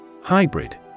hybrid